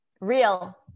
Real